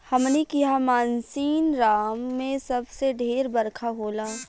हमनी किहा मानसींराम मे सबसे ढेर बरखा होला